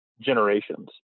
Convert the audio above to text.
generations